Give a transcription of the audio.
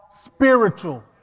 spiritual